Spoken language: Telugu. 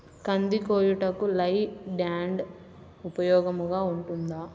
కంది కోయుటకు లై ల్యాండ్ ఉపయోగముగా ఉంటుందా?